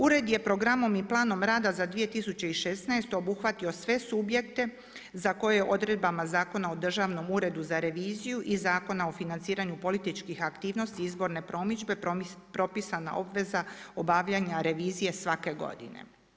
Ured je programom i planom rada za 2016. obuhvatio sve subjekte za koje odredbe Zakona o državnom uredu za reviziju i Zakona o financiranju političke aktivnosti izborne promidžbe propisana obveza obavljanja revizije svake godine.